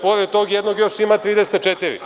Pored tog jednog još ima 34.